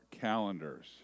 calendars